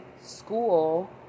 school